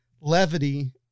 levity